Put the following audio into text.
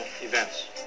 events